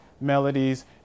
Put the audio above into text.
melodies